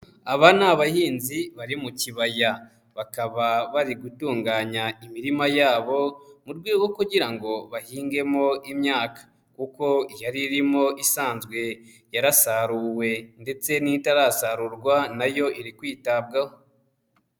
Aba ni abahinzi bari mu kibaya bakaba bari gutunganya imirima yabo mu rwego rwo kugira ngo bahingemo imyaka kuko yari irimo isanzwe yarasaruwe ndetse n'i itasarurwa nayo iri kwitabwaho.